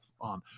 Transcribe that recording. on